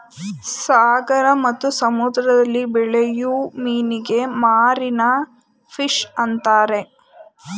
ಸಾಗರ ಮತ್ತು ಸಮುದ್ರದಲ್ಲಿ ಬೆಳೆಯೂ ಮೀನಿಗೆ ಮಾರೀನ ಫಿಷ್ ಅಂತರೆ